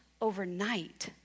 overnight